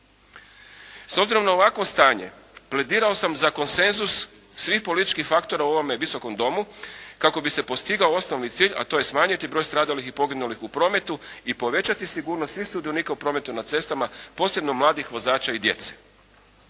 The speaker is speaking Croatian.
S obzirom na ovakvo stanje pledirao sam za konsenzus svih političkih faktora u ovome Visokom domu kako bi se postigao osnovni cilj, a to je smanjiti broj stradalih i poginulih u prometu i povećati sigurnost i sudionika u prometu na cestama posebno mladih vozača i djece.